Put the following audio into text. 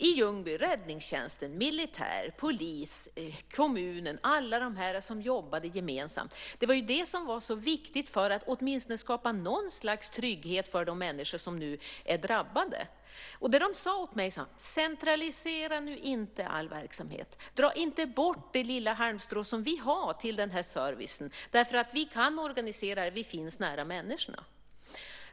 I Ljungby hade vi räddningstjänst, militär, polis, kommun - alla de som jobbade gemensamt. Det var det som var så viktigt för att åtminstone skapa något slags trygghet för de människor som nu är drabbade. De sade till mig: Centralisera nu inte all verksamhet. Dra inte bort det lilla halmstrå som vi har för att få denna service, därför att vi kan organisera det, och vi finns nära människorna.